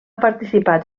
participat